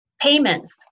Payments